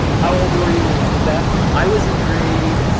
how old were you when you did that? i was in grade.